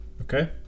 Okay